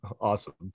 Awesome